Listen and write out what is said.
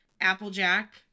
applejack